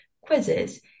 quizzes